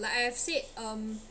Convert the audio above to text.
like I've said um